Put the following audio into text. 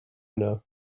know